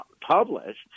published